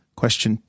question